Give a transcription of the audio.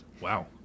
Wow